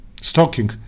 stocking